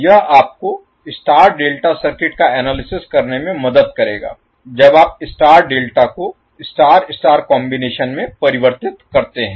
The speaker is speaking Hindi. यह आपको स्टार डेल्टा सर्किट का एनालिसिस करने में मदद करेगा जब आप स्टार डेल्टा को स्टार स्टार कॉम्बिनेशन में परिवर्तित करते हैं